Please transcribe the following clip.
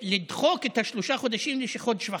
ולדחוק את שלושת החודשים לחודש וחצי.